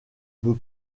peu